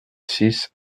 six